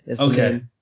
Okay